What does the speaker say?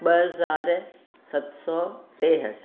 ॿ हज़ार सत सौ टेहठि